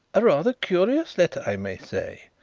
a rather curious letter, i may say.